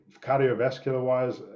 cardiovascular-wise